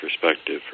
perspective